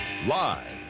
Live